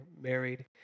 married